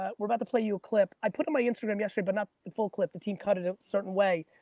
ah we're about to play you a clip. i put on my instagram yesterday but not the full clip. the team cut it a certain way.